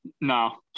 No